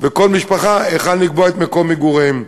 וכל משפחה היכן לקבוע את מקום מגוריהם.